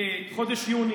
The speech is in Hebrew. חודש יוני,